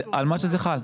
על מה שזה חל.